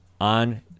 on